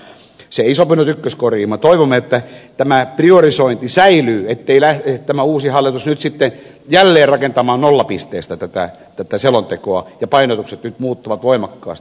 minä toivon että tämä priorisointi säilyy ettei tämä uusi hallitus nyt sitten lähde jälleen rakentamaan nollapisteestä tätä selontekoa eivätkä painotukset nyt muutu voimakkaasti